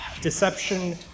deception